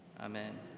Amen